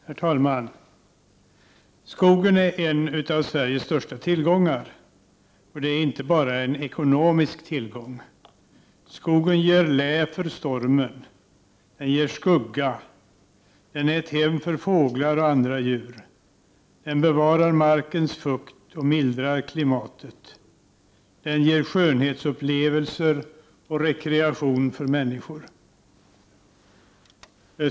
Herr talman! Skogen är en av Sveriges största tillgångar, och den är inte bara en ekonomisk tillgång. Skogen ger lä för stormen, den ger skugga, den är ett hem för fåglar och andra djur, den bevarar markens fukt och mildrar klimatet, den ger skönhetsupplevelser och rekreation för människor.